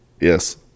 Yes